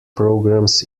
programs